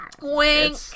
wink